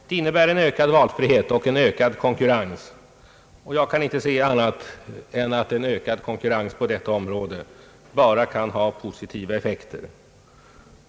Det innebär en ökad valfrihet och en ökad konkurrens. Jag kan inte se annat än att en ökad konkurrens på detta område bara kan ha positiva effekter.